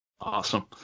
Awesome